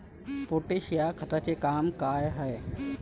Potash या खताचं काम का हाय?